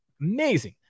amazing